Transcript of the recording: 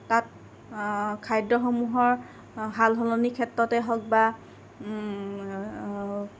তাত খাদ্যসমূহৰ সালসলনি ক্ষেত্ৰতে হওক বা